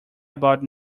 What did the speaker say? about